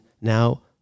now